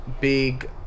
big